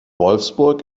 wolfsburg